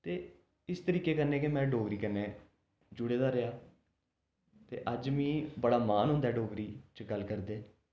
ते इस तरीके कन्नै गै में डोगरी कन्नै जुड़े दा रेहा ते अज्ज मिगी बड़ा मान हुंदा ऐ डोगरी च गल्ल करदे